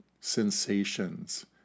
sensations